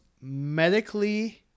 medically